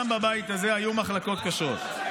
גם בבית הזה היו מחלוקות קשות.